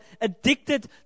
addicted